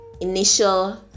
Initial